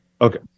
Okay